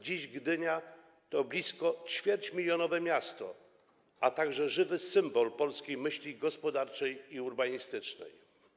Dziś Gdynia to blisko ćwierćmilionowe miasto, a także żywy symbol polskiej myśli gospodarczej i urbanistycznej.